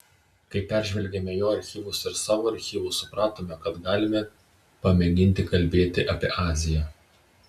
kai peržvelgėme jo archyvus ir savo archyvus supratome kad galime pamėginti kalbėti apie aziją